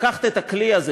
לקחת את הכלי הזה,